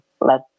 let